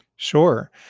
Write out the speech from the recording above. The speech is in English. Sure